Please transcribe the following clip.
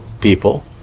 people